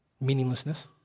Meaninglessness